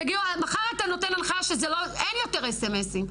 מחר אתה נותן הנחיה שאין יותר sms-ים,